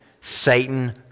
Satan